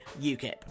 UKIP